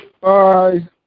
Bye